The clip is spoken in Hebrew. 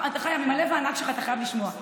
עם הלב הענק שלך אתה חייב לשמוע.